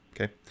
okay